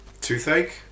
Toothache